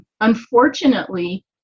unfortunately